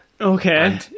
okay